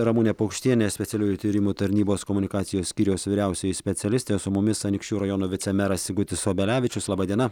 ramunė paukštienė specialiųjų tyrimų tarnybos komunikacijos skyriaus vyriausioji specialistė su mumis anykščių rajono vicemeras sigutis obelevičius laba diena